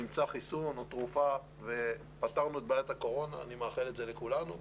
נמצא חיסון או תרופה ופתרנו את בעיית קורונה ואני מאחל את זה לכולנו.